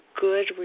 good